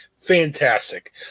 Fantastic